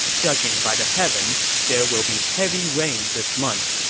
judging by the heavens, there will be heavy rain this month.